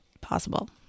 possible